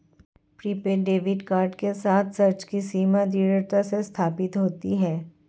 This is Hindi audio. प्रीपेड डेबिट कार्ड के साथ, खर्च की सीमा दृढ़ता से स्थापित होती है